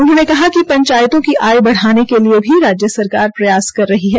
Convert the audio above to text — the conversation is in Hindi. उन्होंने कहा कि पंचायतों की आय बढाने के लिए भी राज्य सरकार प्रयास कर रही है